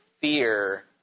fear